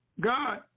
God